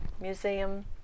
museum